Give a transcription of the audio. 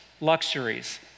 luxuries